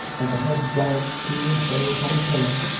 as the head jogged to and fro upon the pillow,